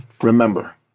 Remember